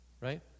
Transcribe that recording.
right